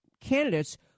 candidates